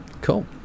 cool